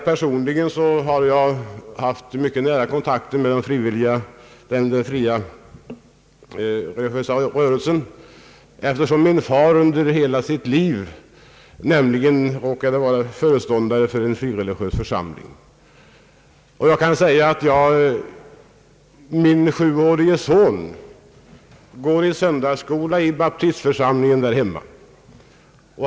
Personligen har jag haft mycket nära kontakt med den frireligiösa rörelsen, eftersom min far under hela sitt liv var föreståndare för en frireligiös församling. Min sjuårige son går i söndagsskola i baptistförsamlingen där hemma.